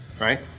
right